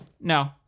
No